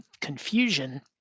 confusion